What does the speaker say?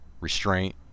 restraint